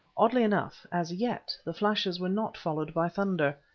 oddly enough, as yet the flashes were not followed by thunder.